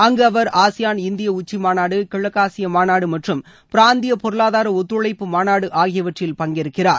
அங்கு அவர் ஆசியாள் இந்தியா உச்சி மாநாடு கிழக்காசிய மாநாடு மற்றும் பிராந்திய பொருளாதார ஒத்துழைப்பு மாநாடு ஆகியவற்றில் பங்கேற்கிறார்